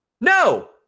no